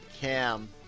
Cam